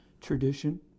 tradition